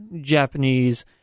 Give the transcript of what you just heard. Japanese